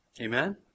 Amen